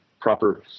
proper